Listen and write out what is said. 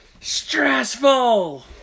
Stressful